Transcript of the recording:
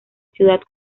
ciudad